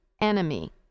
enemy